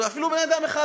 אפילו בן-אדם אחד,